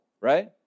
right